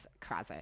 crazy